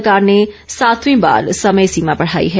सरकार ने सातवीं बार समय सीमा बढ़ाई है